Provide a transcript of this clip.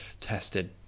tested